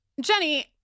Jenny